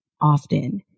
often